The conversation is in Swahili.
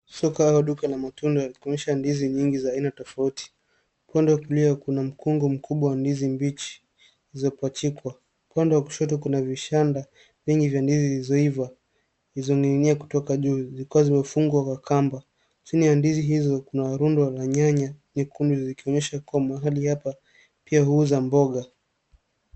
Soko au duka la matunda yakionyesha ndizi nyingi za aina tofauti upande wa kulia kuna mkungu mkubwa wa ndizi mbichi za kupachikwa, upande wa kushoto kuna vishanda vingi vya ndizi zilizo iva zilzoninginia kutoka juu zikiwa zimefungwa kwa kamba. Chini ya ndizi hizo kuna rundo la nyanya kumi zikionyesha kuwa mahali hapa pia huuza mboga.